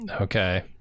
Okay